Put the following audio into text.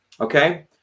Okay